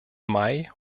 mai